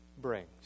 brings